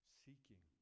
seeking